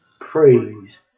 praise